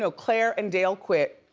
so claire and dale quit,